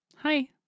Hi